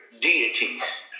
deities